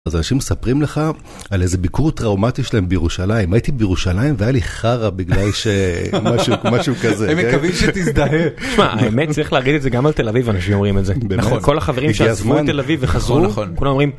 אז אנשים מספרים לך על איזה ביקור טראומטי שלהם בירושלים, הייתי בירושלים והיה לי חרא בגלל ש... משהו כזה. הם מקווים שתזדהה. האמת צריך להגיד את זה גם על תל אביב אנשים אומרים את זה, כל החברים שעזבו על תל אביב וחזרו, כולם אומרים.